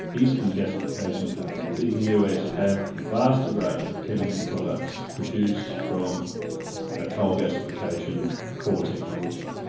eastman gasification company in the us have a vast array of chemical products produced from a coal gasification core technology,